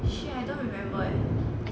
shit I don't remember eh